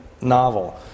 novel